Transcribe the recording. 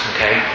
Okay